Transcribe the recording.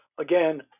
again